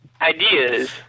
Ideas